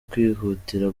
kwihutira